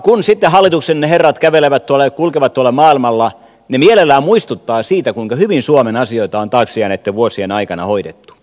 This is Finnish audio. kun sitten hallituksen herrat kävelevät tuolla ja kulkevat tuolla maailmalla he mielellään muistuttavat siitä kuinka hyvin suomen asioita on taakse jääneitten vuosien aikana hoidettu